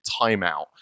timeout